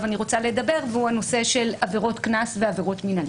אני רוצה לדבר והוא הנושא של עבירות קנס ועבירות מינהליות.